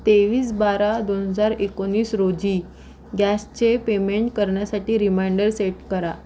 तेवीस बारा दोन हजार एकोणीस रोजी गॅसचे पेमेंट करण्यासाठी रिमाइंडर सेट करा